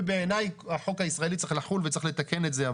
ובעיני החוק הישראלי צריך לחול וצריך לתקן את זה.